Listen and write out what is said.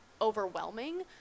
overwhelming